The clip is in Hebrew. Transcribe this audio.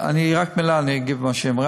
רק מילה, אני אגיב על מה שהיא אמרה.